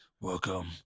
Welcome